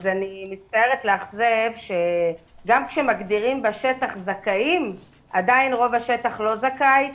אז אני מצטערת לאכזב גם כשמגדירים בשטח זכאים עדיין רוב השטח לא זכאי,